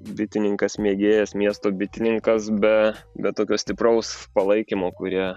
bitininkas mėgėjas miesto bitininkas be be tokio stipraus palaikymo kurie